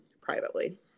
privately